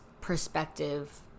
perspective